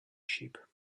sheep